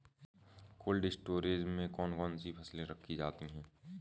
Cold storage में कौन कौन सी फसलें रखी जाती हैं?